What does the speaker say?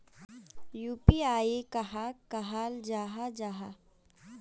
UPI कहाक कहाल जाहा जाहा?